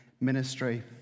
ministry